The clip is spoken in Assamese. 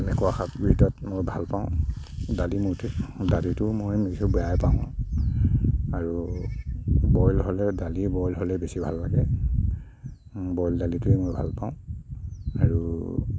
এনেকুৱা শাকবিধক মই ভালপাওঁ দালি মুঠি দালিটো মই নিজেও বেয়ায়ে পাওঁ আৰু বইল হ'লে দালি বইল হ'লে বেছি ভাল লাগে বইল দালিটোৱে মই ভালপাওঁ আৰু